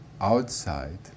outside